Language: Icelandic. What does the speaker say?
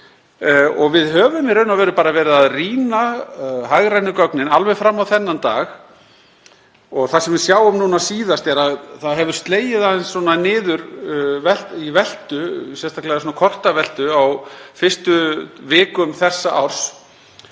Við höfum í raun og veru bara verið að rýna hagrænu gögnin alveg fram á þennan dag. Það sem við sáum núna síðast er að það hefur slegið aðeins niður í veltu, sérstaklega kortaveltu, á fyrstu vikum þessa árs.